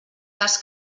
cas